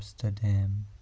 Amsterdam